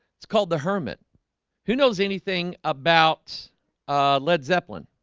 it's called the hermit who knows anything about led zeppelin